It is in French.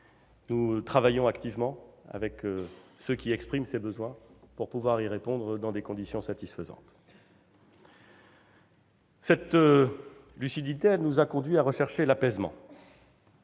nous travaillons activement avec ceux qui expriment ces besoins pour pouvoir y répondre dans des conditions satisfaisantes. Cette lucidité nous a conduits à rechercher l'apaisement.